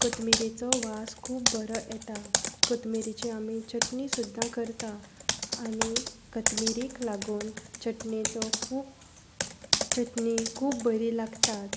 कथमिरेचो वास खूब बरो येता कथमिरीचे आमी चटणी सुद्दां करतात आनी कथमिरीक लागून चटणीचो खूब चटमी खूब बरी लागता